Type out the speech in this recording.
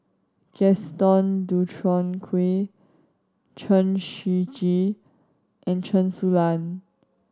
Gaston Dutronquoy Chen Shiji and Chen Su Lan